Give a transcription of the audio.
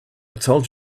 told